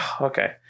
Okay